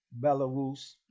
belarus